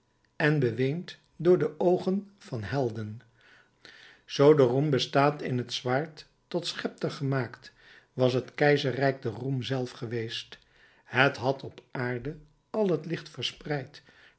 en beweend door de oogen van helden zoo de roem bestaat in het zwaard tot schepter gemaakt was het keizerrijk de roem zelf geweest het had op aarde al het licht verspreid